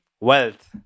Wealth